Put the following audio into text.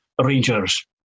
Rangers